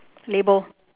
label